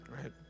right